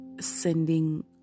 sending